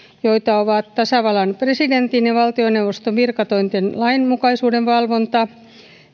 joita ovat tasavallan presidentin ja valtioneuvoston virkatointen lainmukaisuuden valvonta